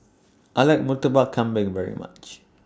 I like Murtabak Kambing very much